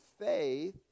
faith